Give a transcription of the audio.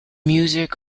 music